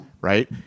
right